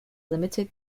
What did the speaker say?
limited